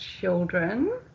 children